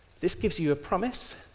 this gives you a promise,